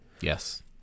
Yes